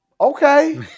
Okay